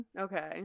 Okay